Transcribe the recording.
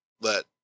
let